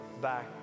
back